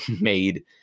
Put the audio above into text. made